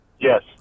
yes